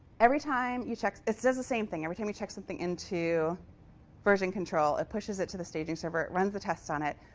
every time you check it says the same thing every time we check something into version control, it pushes it to the staging server. runs the tests on it.